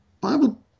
Bible